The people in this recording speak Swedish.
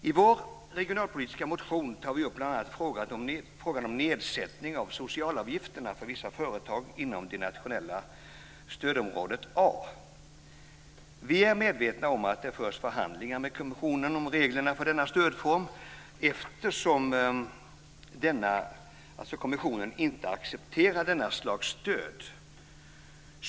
I vår regionalpolitiska motion tar vi bl.a. upp frågan om nedsättning av socialavgifterna för vissa företag inom det nationella stödområdet A. Vi är medvetna om att det förs förhandlingar med kommissionen om reglerna för denna stödform eftersom kommissionen inte accepterar detta slags stöd.